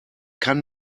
kann